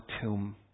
tomb